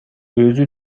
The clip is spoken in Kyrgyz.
өзү